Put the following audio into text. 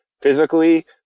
physically